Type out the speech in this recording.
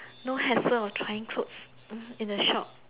no hassle trying clothes hmm in a shop